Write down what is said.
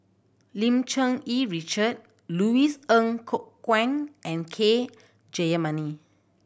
Lim Cherng Yih Richard Louis Ng Kok Kwang and K Jayamani